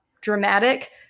dramatic